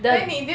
the